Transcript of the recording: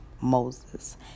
Moses